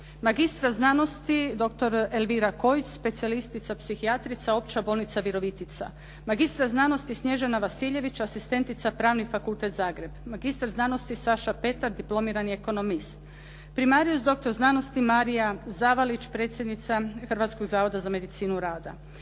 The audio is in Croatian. Magistra znanosti doktor Elvira Kojić, specijalistica psihijatrica, Opća bolnica Virovitica. Magistra znanosti Snježana Vasiljević, asistentica, Pravni fakultet Zagreb. Magistar znanosti Saša Petar, diplomirani ekonomist. Primarius doktor znanosti Marija Zavalić, predsjednica Hrvatskog zavoda za medicinu rada.